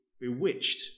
bewitched